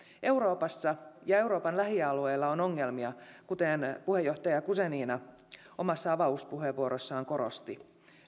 euroopassa ja euroopan lähialueilla on ongelmia kuten puheenjohtaja guzenina omassa avauspuheenvuorossaan korosti